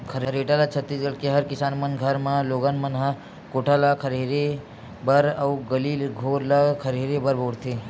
खरेटा ल छत्तीसगढ़ के हर किसान मन के घर म लोगन मन ह कोठा ल खरहेरे बर अउ गली घोर ल खरहेरे बर बउरथे